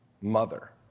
mother